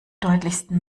deutlichsten